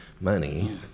money